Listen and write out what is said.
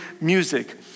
music